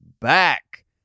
back